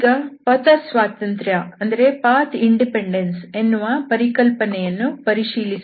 ಈಗ ಪಥ ಸ್ವಾತಂತ್ರ್ಯ ಎಂಬ ಪರಿಕಲ್ಪನೆಯನ್ನು ಪರಿಶೀಲಿಸೋಣ